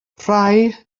rhai